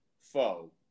foe